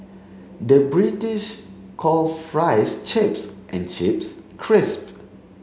the British call fries chips and chips crisps